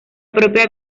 propia